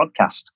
podcast